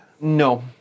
No